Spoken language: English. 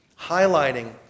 highlighting